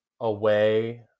away